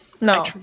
No